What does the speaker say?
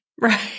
Right